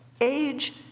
Age